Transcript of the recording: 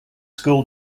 school